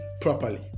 properly